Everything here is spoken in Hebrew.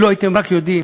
אילו הייתם רק יודעים